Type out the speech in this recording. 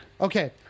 Okay